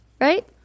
Right